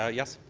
ah yes.